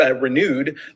renewed